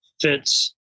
fits